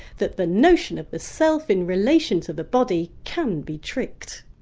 that the notion of the self in relation to the body can be tricked.